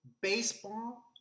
Baseball